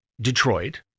Detroit